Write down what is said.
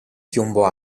piombo